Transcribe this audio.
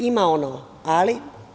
Ima i ono – ali.